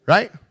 Right